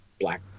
black